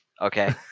okay